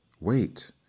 Wait